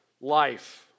life